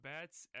Bats